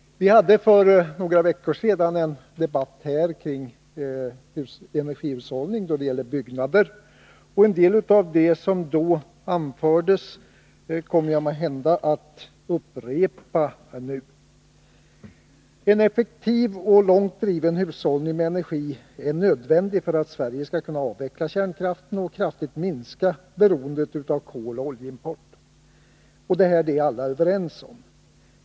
Vi förde för några veckor sedan här i debatten en debatt om energihushållning avseende byggnader, och en del av det som då anfördes kommer jag måhända att upprepa nu. En effektiv och långt driven hushållning med energi är nödvändig för att Sverige skall kunna avveckla kärnkraften och kraftigt minska beroendet av koloch oljeimport. Detta är alla överens om.